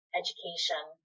education